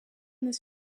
this